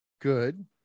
Good